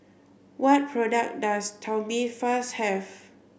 what product does Tubifast have